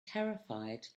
terrified